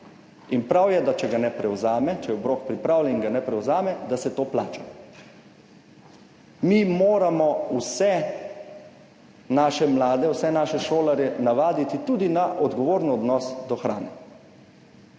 In prav je, če ga ne prevzame, če je obrok pripravljen in se ga ne prevzame, da se to plača. Mi moramo vse naše mlade, vse naše šolarje navaditi tudi na odgovoren odnos do hrane.